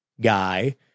guy